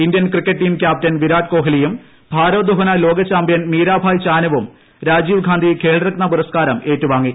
Indian cricket team captain Virat കോഹ്ലിയും ഭാരോദ്ധഹന ലോക ചാമ്പ്യൻ മീരാഭായ് ചാനുവും രാജീവ് ഗാന്ധി ഖേൽരത്ന പുരസ്കാരം ഏറ്റുവാങ്ങി